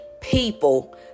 people